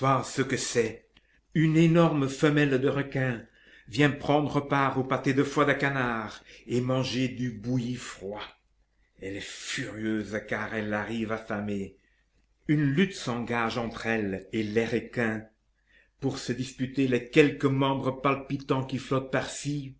ce que c'est une énorme femelle de requin vient prendre part au pâté de foie de canard et manger du bouilli froid elle est furieuse car elle arrive affamée une lutte s'engage entre elle et les requins pour se disputer les quelques membres palpitants qui flottent par-ci